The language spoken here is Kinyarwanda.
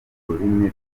ururimi